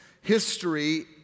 history